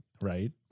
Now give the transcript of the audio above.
Right